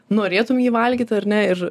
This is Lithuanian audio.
norėtum jį valgyt ar ne ir